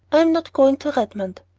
i'm not going to redmond.